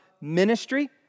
ministry